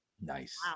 Nice